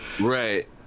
right